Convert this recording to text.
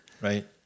right